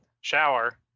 shower